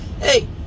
Hey